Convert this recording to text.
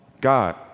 God